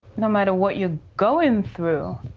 no matter what you're going through,